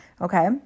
okay